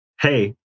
hey